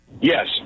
Yes